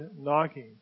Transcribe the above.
knocking